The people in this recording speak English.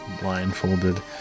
blindfolded